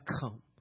come